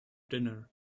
dinner